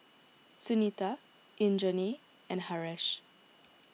Sunita Indranee and Haresh